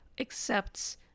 accepts